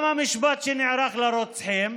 גם המשפט שנערך לרוצחים,